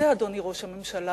זה, אדוני ראש הממשלה,